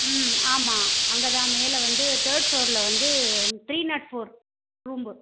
ம் ஆமாம் அங்கே தான் மேலே வந்து தேர்ட் ஃப்ளோரில் வந்து த்ரீ நாட் ஃபோர் ரூம்பு